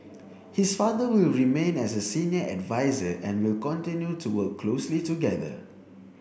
his father will remain as a senior adviser and will continue to work closely together